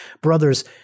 brothers